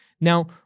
Now